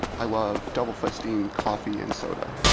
i love double fisting coffee and soda.